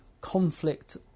conflict